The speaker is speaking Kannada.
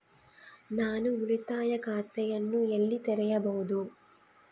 ನಾನು ಉಳಿತಾಯ ಖಾತೆಯನ್ನು ಎಲ್ಲಿ ತೆರೆಯಬಹುದು?